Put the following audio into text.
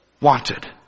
wanted